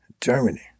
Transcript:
Germany